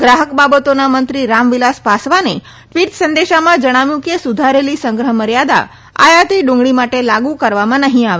ગ્રાફક બાબતોના મંત્રી રામવિલાસ પાસવાને ટવીટ સંદેશમાં જણાવ્યું છે કે સુધારેલી સંગ્રહ્ મર્યાદા આયાતી ડુંગળી માટે લાગુ કરવામાં નહી આવે